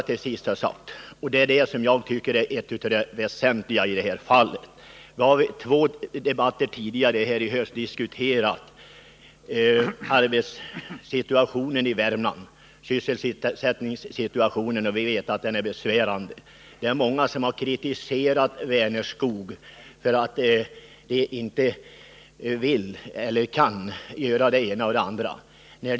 Till sist vill jag framhålla det som jag tycker är det väsentligaste i det här fallet. Vi har i två tidigare debatter här i riksdagen i höst diskuterat sysselsättningssituationen i Värmland. Vi vet att den är besvärande. Många har kritiserat Vänerskog för att företaget inte kunnat eller velat göra det ena eller det andra.